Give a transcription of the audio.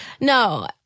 No